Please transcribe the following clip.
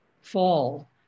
fall